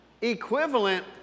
equivalent